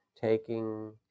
taking